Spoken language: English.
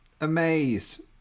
amazed